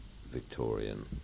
Victorian